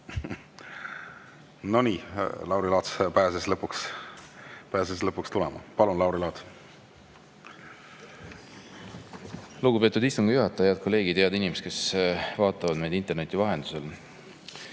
Nii, Lauri Laats pääses lõpuks tulema. Palun, Lauri Laats! Lugupeetud istungi juhataja! Head kolleegid! Head inimesed, kes te vaatate meid interneti vahendusel!